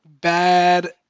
bad